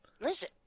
listen